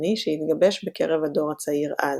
והמהפכני שהתגבש בקרב הדור הצעיר אז.